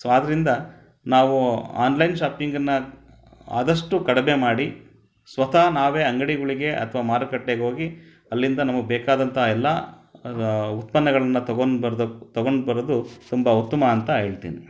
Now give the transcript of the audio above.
so ಆದ್ದರಿಂದ ನಾವು online ಶಾಪಿಂಗ್ನ ಆದಷ್ಟು ಕಡಮೆ ಮಾಡಿ ಸ್ವತಃ ನಾವೇ ಅಂಗಡಿಗಳಿಗೆ ಅಥವಾ ಮಾರುಕಟ್ಟೆಗ್ಹೋಗಿ ಅಲ್ಲಿಂದ ನಮಗೆ ಬೇಕಾದಂಥ ಎಲ್ಲ ಉತ್ಪನ್ನಗಳನ್ನು ತಗೊಂಡ್ಬರ್ದ ತಗೊಂಡ್ಬರೋದು ತುಂಬ ಉತ್ತಮ ಅಂತ ಹೇಳ್ತೀನಿ